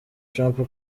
trump